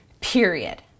period